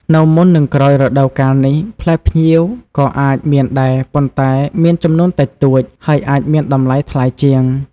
នៅមុន និងក្រោយរដូវកាលនេះ ផ្លែផ្ញៀវក៏អាចមានដែរ ប៉ុន្តែមានចំនួនតិចតួច ហើយអាចមានតម្លៃថ្លៃជាង។